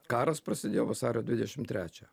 karas prasidėjo vasario dvidešim trečią